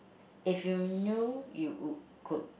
if you knew you could